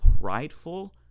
prideful